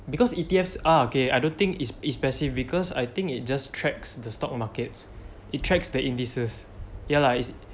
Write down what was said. because E_T_F ah okay I don't think it's it's passive because I think it just tracks the stock markets it tracks the indices ya lah it's